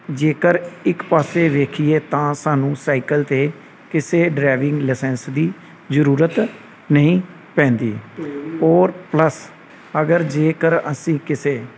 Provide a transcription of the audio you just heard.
ਜੇਕਰ ਇੱਕ ਪਾਸੇ ਵੇਖੀਏ ਤਾਂ ਸਾਨੂੰ ਸਾਈਕਲ 'ਤੇ ਕਿਸੇ ਡਰਾਈਵਿੰਗ ਲਾਇਸੈਂਸ ਦੀ ਜ਼ਰੂਰਤ ਨਹੀਂ ਪੈਂਦੀ ਔਰ ਪਲੱਸ ਅਗਰ ਜੇਕਰ ਅਸੀਂ ਕਿਸੇ